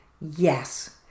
yes